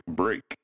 break